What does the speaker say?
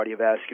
cardiovascular